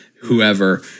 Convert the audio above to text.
whoever